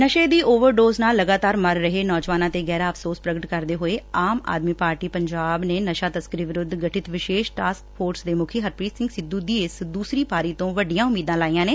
ਨਸ਼ੇ ਦੀ overdose ਨਾਲ ਲਗਾਤਾਰ ਮਰ ਰਹੇ ਨੌਜਵਾਨਾਂ ਤੇ ਗਹਿਰਾ ਅਫ਼ਸੋਸ ਪੁਗਟ ਕਰਦੇ ਹੋਏ ਆਮ ਆਦਮੀ ਪਾਰਟੀ ਪੰਜਾਬ ਨੇ ਨਸ਼ਾ ਤਸਕਰੀ ਵਿਰੁੱਧ ਗਠਿਤ ਵਿਸ਼ੇਸ਼ ਟਾਸਕ ਫੋਰਸ ਐਸਟੀਐਫ ਦੇ ਮੁਖੀ ਹਰਪ੍ਰੀਤ ਸਿੰਘ ਸਿੱਧੁ ਦੀ ਇਸ ਦੁਸਰੀ ਪਾਰੀ ਤੋਂ ਵੱਡੀਆਂ ਉਮੀਦਾਂ ਲਗਾਈਆਂ ਨੇ